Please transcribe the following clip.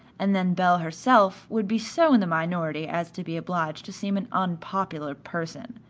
and then belle herself would be so in the minority as to be obliged to seem an unpopular person,